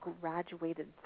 graduated